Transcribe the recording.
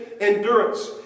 endurance